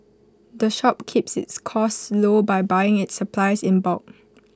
the shop keeps its costs low by buying its supplies in bulk